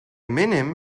minim